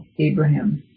Abraham